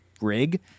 rig